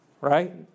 right